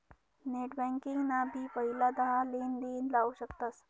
net banking ना भी पहिला दहा लेनदेण लाऊ शकतस